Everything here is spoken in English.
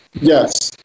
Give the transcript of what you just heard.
Yes